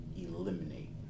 eliminate